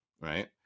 right